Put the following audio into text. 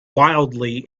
wildly